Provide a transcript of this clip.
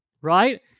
Right